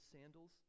sandals